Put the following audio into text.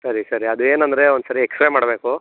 ಸರಿ ಸರಿ ಅದು ಏನೆಂದರೆ ಒಂದ್ಸರಿ ಎಕ್ಸ್ ರೇ ಮಾಡಬೇಕು